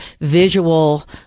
visual